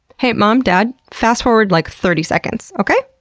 hey, mom, dad? fast forward like thirty seconds, okay?